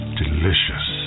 delicious